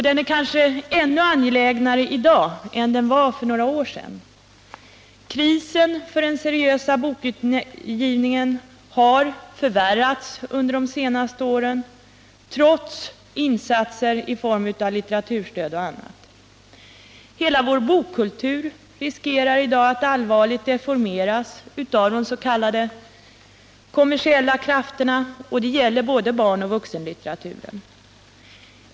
Den är kanske än angelägnare i dag än den var för några år sedan. Krisen för den seriösa bokutgivningen har nämligen förvärrats under de senaste åren trots insatser av litteraturstöd och annat. Hela vår bokkultur riskerar i dag att allvarligt deformeras av de starka s.k. kommersiella krafterna, och det gäller både barnoch vuxenlitteraturen.